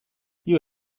you